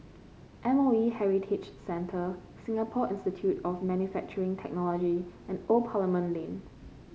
M O E Heritage Centre Singapore Institute of Manufacturing Technology and Old Parliament Lane